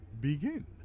begin